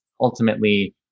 ultimately